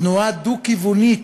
תנועה דו-כיוונית.